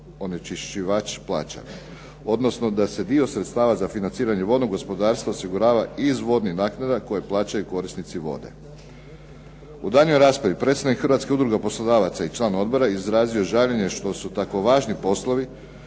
onečišćivač plaća, odnosno da se dio sredstava za financiranje vodnog gospodarstva osigurava iz vodnih naknada koje plaćaju i korisnici vode. U daljnjoj raspravi predsjednik Hrvatske udruge poslodavaca i član odbora izrazio je žaljenje što su tako važni poslovi